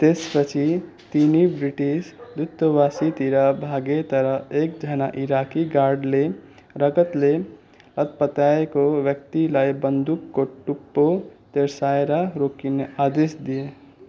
त्यसपछि तिनी ब्रिटिस दूतावासीतिर भागे तर एकजना इराकी गार्डले रगतले लत्पताएको व्यक्तिलाई बन्दुकको टुप्पो तेर्स्याएर रोकिने आदेश दिए